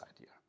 idea